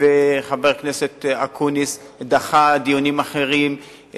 חבר הכנסת אקוניס דחה דיונים אחרים,